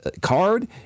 Card